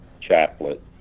chaplet